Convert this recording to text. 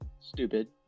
stupid